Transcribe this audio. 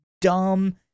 dumb